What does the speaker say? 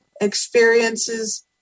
experiences